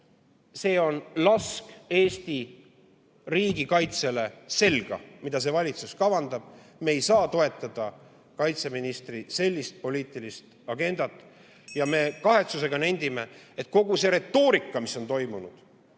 see on lask selga Eesti riigikaitsele, mida see valitsus kavandab. Me ei saa toetada kaitseministri sellist poliitilist agendat. Me kahetsusega nendime, et kogu see retoorika, mis on olnud,